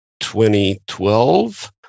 2012